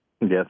Yes